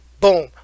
Boom